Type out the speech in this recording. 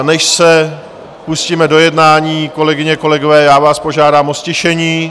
Než se pustíme do jednání, kolegyně a kolegové, já vás požádám o ztišení.